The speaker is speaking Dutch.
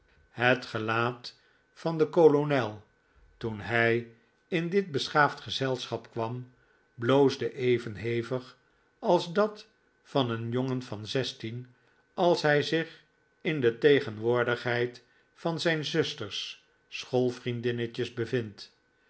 het gelaat van den kolonel toen hij in dit beschaafd gezelschap kwam bloosde even hevig als dat van een jongen van zestien als hij zich in de tegenwoordigheid van zijn zusters schoolvriendinnetjes bevindt